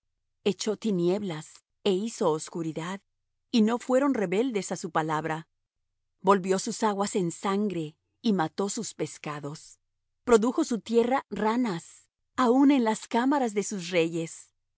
echó tinieblas é hizo oscuridad y no fueron rebeldes á su palabra volvió sus aguas en sangre y mató sus pescados produjo su tierra ranas aun en las cámaras de sus reyes